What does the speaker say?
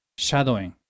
shadowing